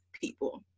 people